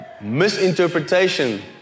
misinterpretation